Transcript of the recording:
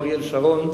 אריאל שרון,